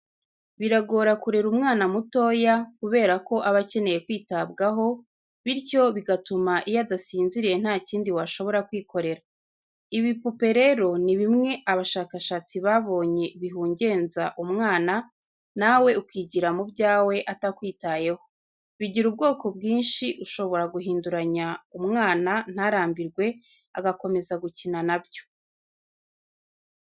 Biragora kurera umwana mutoya, kubera ko aba akeneye kwitabwaho, bityo bigatuma iyo adasinziriye nta kindi washobora kwikorera. Ibipupe rero ni bimwe abashakashatsi babonye bihugenza umwana, nawe ukigira mu byawe atakwitayeho. Bigira ubwoko bwinshi ushobora guhinduranya umwana ntarambirwe agakomeza gukina na byo.